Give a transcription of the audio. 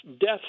death